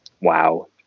wow